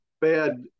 bad